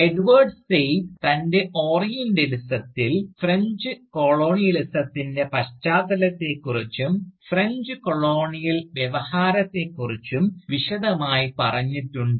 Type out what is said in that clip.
എഡ്വേഡ് Said തൻറെ ഓറിയൻറെലിസത്തിൽ French കൊളോണിയലിസത്തിൻറെ പശ്ചാത്തലത്തെക്കുറിച്ചും ഫ്രഞ്ച് കൊളോണിയൽ വ്യവഹാരത്തെക്കുറിച്ചും വിശദമായി പറഞ്ഞിട്ടുണ്ട്